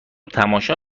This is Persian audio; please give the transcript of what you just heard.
تماشا